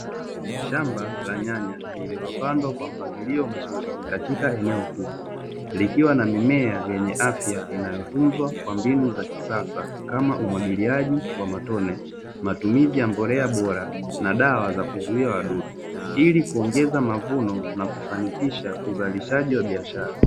Shamba la nyanya lililopandwa kwa mpangilio mzuri katika eneo kubwa, likiwa na mimea yenye afya inayotunzwa kwa mbinu za kisasa kama umwagiliaji wa matone, matumizi ya mbolea bora na dawa za kuzuia wadudu. Ili kuongeza mavuno na kufanikisha uzalishaji wa biashara.